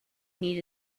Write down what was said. need